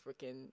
freaking